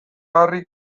harri